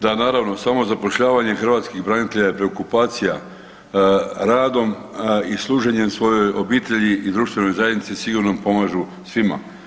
Da naravno, samozapošljavanje hrvatskih branitelja je preokupacija radom i služenjem svojoj obitelji i društvenoj zajednici sigurno pomažu svima.